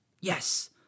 Yes